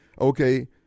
okay